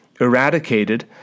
eradicated